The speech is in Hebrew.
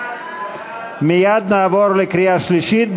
מייד נעבור לקריאה שלישית,